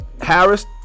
Harris